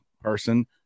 person